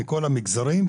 מכל המגזרים,